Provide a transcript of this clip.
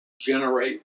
generate